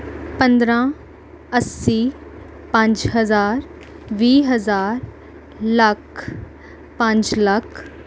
ਪੰਦਰਾਂ ਅੱਸੀ ਪੰਜ ਹਜ਼ਾਰ ਵੀਹ ਹਜ਼ਾਰ ਲੱਖ ਪੰਜ ਲੱਖ